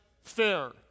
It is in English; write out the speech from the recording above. fair